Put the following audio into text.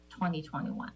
2021